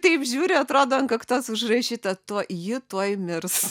taip žiūri atrodo ant kaktos užrašyta tuo ji tuoj mirs